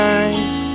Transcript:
eyes